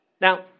Now